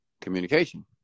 communication